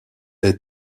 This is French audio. est